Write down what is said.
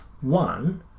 one